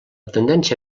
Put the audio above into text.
tendència